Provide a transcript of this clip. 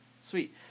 Sweet